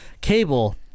Cable